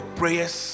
prayers